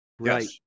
Right